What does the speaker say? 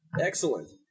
Excellent